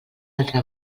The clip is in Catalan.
altra